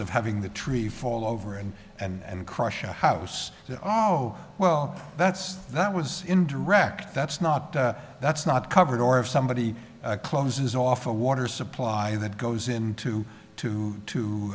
of having the tree fall over and and crush a house oh well that's that was indirect that's not that's not covered or if somebody closes off a water supply that goes into to